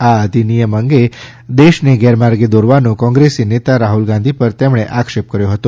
આ અધિનિયમ અંગે દેશને ગેરમાર્ગે દોરવાનો કોંગ્રેસી નેતા રાહ્લ ગાંધી પર તેમણે આક્ષેપ કર્યો હતો